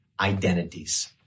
identities